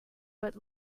but